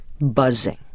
buzzing